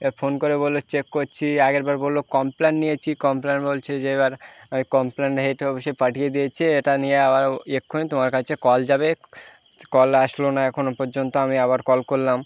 এ phone করে বললো check করছি আগের বার বললো কমপ্ল্যান নিয়েছি কমপ্ল্যান বলছে যে এবার কমপ্ল্যান হেড অফিসে পাঠিয়ে দিয়েছে এটা নিয়ে আবার এক্ষুনি তোমার কাছে কল যাবে কল আসলো না এখনও পয্যন্ত আমি আবার কল কোল্লাম